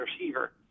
receiver